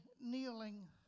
kneeling